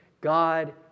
God